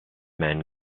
men